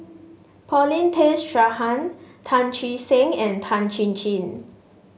Paulin Tay Straughan Chee Seng and Tan Chin Chin